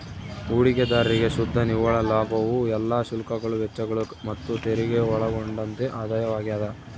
ಹೂಡಿಕೆದಾರ್ರಿಗೆ ಶುದ್ಧ ನಿವ್ವಳ ಲಾಭವು ಎಲ್ಲಾ ಶುಲ್ಕಗಳು ವೆಚ್ಚಗಳು ಮತ್ತುತೆರಿಗೆ ಒಳಗೊಂಡಂತೆ ಆದಾಯವಾಗ್ಯದ